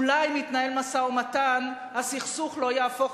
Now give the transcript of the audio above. אולי אם יתנהל משא-ומתן הסכסוך לא יהפוך